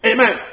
Amen